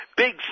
Big